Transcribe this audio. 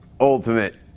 Ultimate